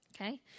Okay